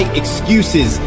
excuses